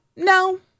No